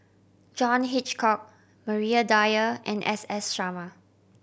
John Hitchcock Maria Dyer and S S Sarma